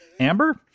Amber